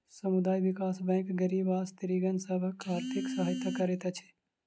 समुदाय विकास बैंक गरीब आ स्त्रीगण सभक आर्थिक सहायता करैत अछि